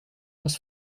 das